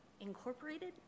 incorporated